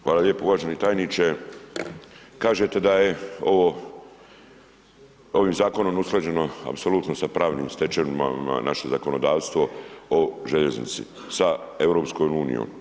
Hvala lijepo, uvaženi tajniče kažete da je ovo, ovim zakonom usklađeno apsolutno sa pravnim stečevinama naše zakonodavstvo o željeznici sa EU.